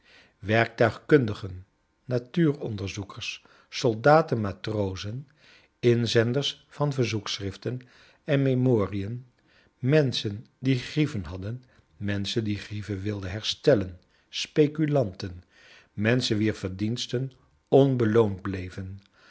werktuigkundigen natuuronderzoekers soldaten matrozen inzenders van verzoekschriften en memorien menschen die grieven hadden menschen die grieven wilden herstellen speculanten menschen wier verdiensten onbeloond bleven